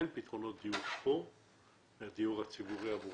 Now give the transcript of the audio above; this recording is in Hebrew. אין פה פתרונות דיור בדיור הציבורי עבורם.